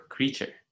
Creature